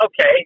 okay